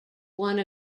one